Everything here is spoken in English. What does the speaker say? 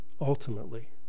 ultimately